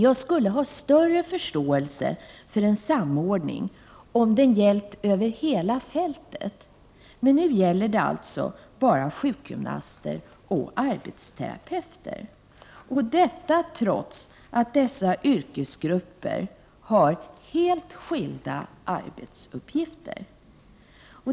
Jag skulle ha större förståelse för en samordning om den hade gällt över hela fältet. Men nu handlar det alltså bara om sjukgymnaster och arbetsterapeuter, trots att dessa yrkesgrupper har helt skilda arbetsuppgifter.